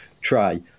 try